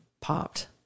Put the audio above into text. popped